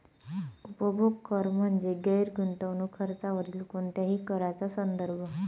उपभोग कर म्हणजे गैर गुंतवणूक खर्चावरील कोणत्याही कराचा संदर्भ